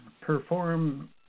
perform